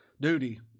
Duty